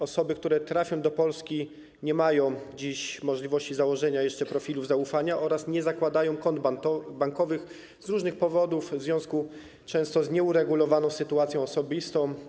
Osoby, które trafią do Polski, nie mają dziś możliwości założenia jeszcze profilu zaufania oraz nie zakładają kont bankowych z różnych powodów, często w związku z nieuregulowaną sytuacją osobistą.